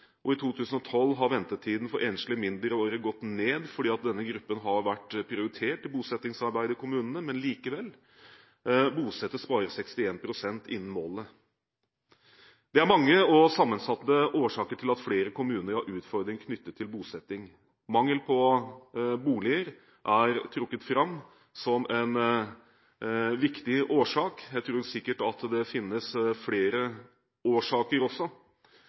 og i 2012 har ventetiden for enslige mindreårige gått ned fordi denne gruppen har vært prioritert i bosettingsarbeidet i kommunene. Likevel bosettes bare 61 pst. innen målene. Det er mange og sammensatte årsaker til at flere kommuner har utfordringer knyttet til bosetting. Mangel på boliger er trukket fram som en viktig årsak. Jeg tror sikkert at det også finnes flere årsaker,